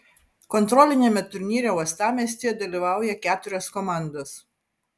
kontroliniame turnyre uostamiestyje dalyvauja keturios komandos